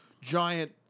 giant